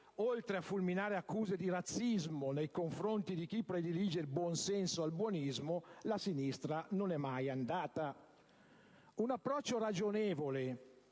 oltre a fulminare accuse di razzismo nei confronti di chi predilige il buonsenso al buonismo, la sinistra non è mai andata. *(Commenti dal